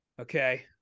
Okay